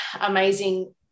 amazing